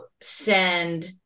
send